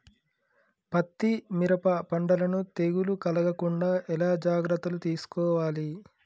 పత్తి మిరప పంటలను తెగులు కలగకుండా ఎలా జాగ్రత్తలు తీసుకోవాలి?